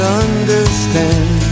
understand